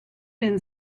been